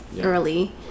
early